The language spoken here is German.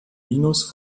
minus